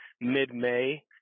mid-may